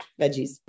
veggies